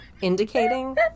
Indicating